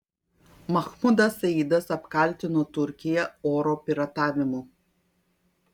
mahmudas saidas apkaltino turkiją oro piratavimu